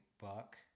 buck